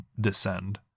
descend